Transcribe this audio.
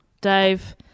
Dave